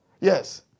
Yes